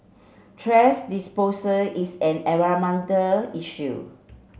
thrash disposal is an environmental issue